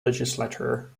legislature